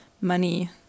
money